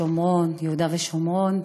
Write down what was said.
השומרון, יהודה ושומרון,